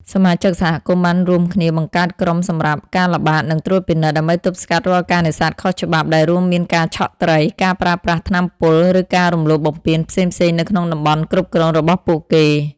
សមាជិកសហគមន៍បានរួមគ្នាបង្កើតក្រុមសម្រាប់ ការល្បាត និងត្រួតពិនិត្យ ដើម្បីទប់ស្កាត់រាល់ការនេសាទខុសច្បាប់ ដែលរួមមានការឆក់ត្រី ការប្រើប្រាស់ថ្នាំពុល ឬការរំលោភបំពានផ្សេងៗនៅក្នុងតំបន់គ្រប់គ្រងរបស់ពួកគេ។